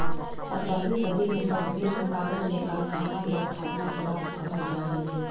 पँद्रहवीं सदी में कश्मीर में कागज के कारखाना के स्थापना के बात कहल जा हई